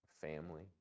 family